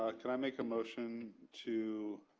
ah can i make a motion to